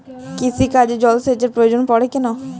কৃষিকাজে জলসেচের প্রয়োজন পড়ে কেন?